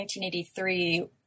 1983